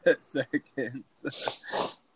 seconds